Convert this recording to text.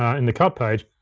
in the cut page,